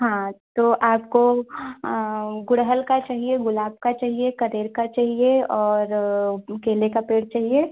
हाँ तो आपको गुड़हल का चाहिए गुलाब का चाहिए कनेर का चाहिए और केले का पेड़ चाहिए